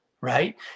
right